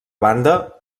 banda